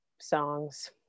songs